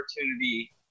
opportunity